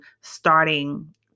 starting